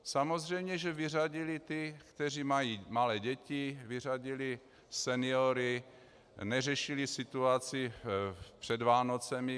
Samozřejmě že vyřadili ty, kteří mají malé děti, vyřadili seniory, neřešili situaci před Vánocemi.